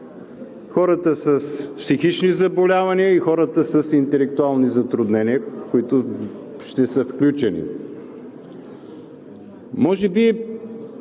хората с психични заболявания и хората с интелектуални затруднения, които ще са включени. Може би,